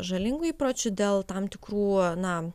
žalingų įpročių dėl tam tikrų na